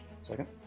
Second